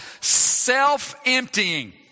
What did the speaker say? self-emptying